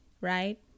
right